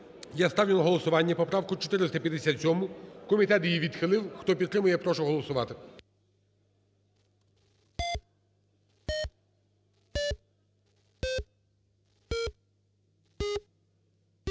Я ставлю на голосування поправку 457-у. Комітет її відхилив. Хто підтримує, я прошу голосувати.